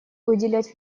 уделять